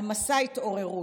על מסע התעוררות.